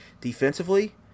Defensively